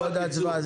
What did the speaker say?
קוד האצווה.